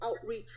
outreach